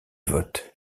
votes